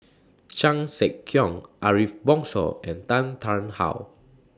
Chan Sek Keong Ariff Bongso and Tan Tarn How